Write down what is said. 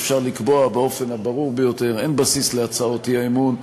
אפשר לקבוע באופן הברור ביותר אין בסיס להצעות האי-אמון,